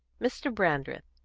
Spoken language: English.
mr. brandreth,